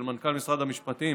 של מנכ"ל משרד המשפטים,